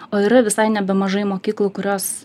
o yra visai nebemažai mokyklų kurios